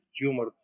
tumor